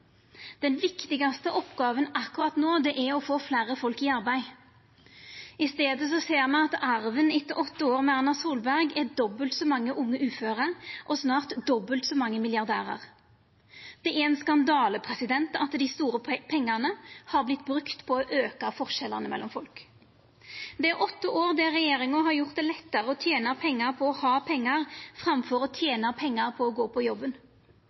Den viktigaste oppgåva akkurat no er å få fleire folk i arbeid. I staden ser me at arven etter åtte år med Erna Solberg er dobbelt så mange unge uføre og snart dobbelt så mange milliardærar. Det er ein skandale at dei store pengane har vorte brukte på å auka forskjellane mellom folk. Det er åtte år der regjeringa har gjort det lettare å tena pengar på å ha pengar framfor å tena pengar på å gå på jobben.